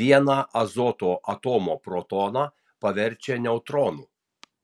vieną azoto atomo protoną paverčia neutronu